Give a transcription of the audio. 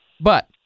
but-